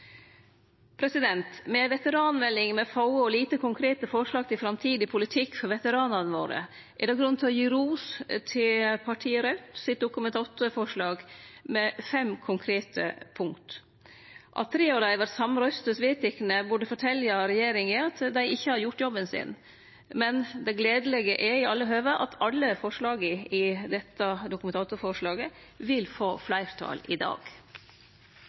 Med ei veteranmelding med få og lite konkrete forslag til framtidig politikk for veteranane våre er det grunn til å gi ros til partiet Raudt for deira Dokument 8-forslag, med fem konkrete punkt. At tre av dei vert samrøystes vedtekne, burde fortelje regjeringa at dei ikkje har gjort jobben sin. Men det gledelege er i alle høve at alle forslaga i dette Dokument 8-forslaget vil få fleirtal i dag.